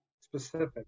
specific